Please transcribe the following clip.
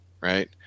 Right